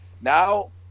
Now